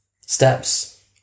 steps